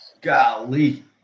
golly